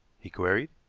he queried.